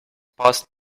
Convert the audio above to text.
passed